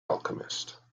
alchemist